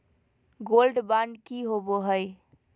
Gold bond की होबो है?